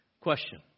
Question